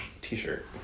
t-shirt